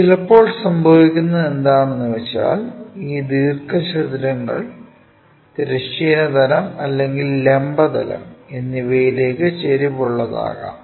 ചിലപ്പോൾ സംഭവിക്കുന്നത് എന്താണെന്നു വെച്ചാൽ ഈ ദീർഘചതുരങ്ങൾ തിരശ്ചീന തലം അല്ലെങ്കിൽ ലംബ തലം എന്നിവയിലേക്ക് ചരിവ് ഉള്ളതാകാം